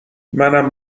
منم